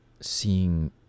seeing